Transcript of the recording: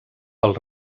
pel